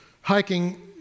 hiking